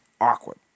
awkward